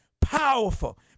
powerful